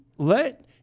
Let